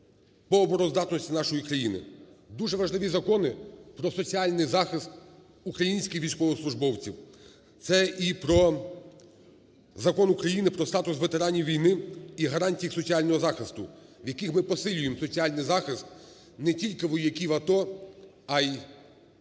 дуже важливі закони про соціальний захист українських військовослужбовців, це і Закон України "Про статус ветеранів війни і гарантії їх соціального захисту", в яких ми посилюємо соціальний захист не тільки вояків АТО, а й учасників